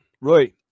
right